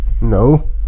No